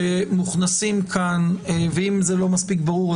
שמוכנסים כאן ואם זה לא מספיק ברור,